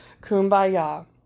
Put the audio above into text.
Kumbaya